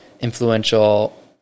influential